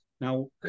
Now